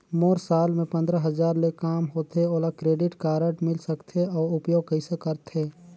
मोर साल मे पंद्रह हजार ले काम होथे मोला क्रेडिट कारड मिल सकथे? अउ उपयोग कइसे करथे?